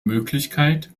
möglichkeit